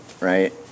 right